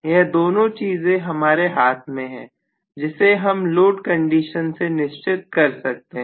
यह दोनों चीजें हमारे हाथ में हैं जिसे हम लोड कंडीशन से निश्चित कर सकते हैं